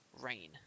rain